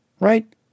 right